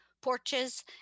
porches